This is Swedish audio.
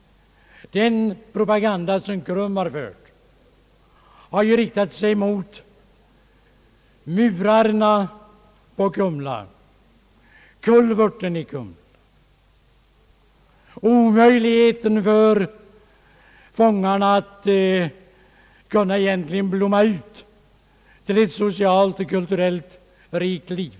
Den propaganda som KRUM har bedrivit har riktat sig mot kulverten och murarna kring Kumlaanstalten, omöjligheten för fångarna att egentligen kunna blomma ut till ett socialt, kulturellt och rikt liv.